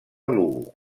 lugo